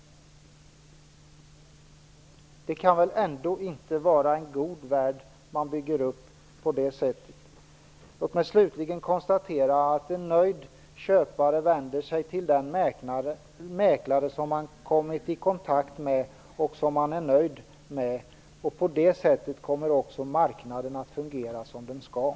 Det kan väl ändå inte vara en god värld man bygger upp på det sättet? Låt mig slutligen konstatera att en nöjd köpare vänder sig till den mäklare som man kommit i kontakt med och som man är nöjd med. På det sättet kommer också marknaden att fungera som den skall.